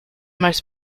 most